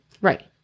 right